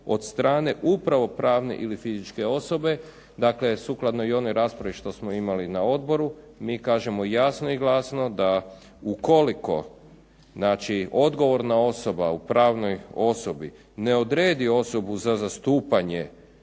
od strane upravno-pravne ili fizičke osobe, dakle sukladno i onoj raspravi što smo imali na odboru. Mi kažemo jasno i glasno da ukoliko odgovorna osoba u pravnoj osobi ne odredi osobu za zastupanje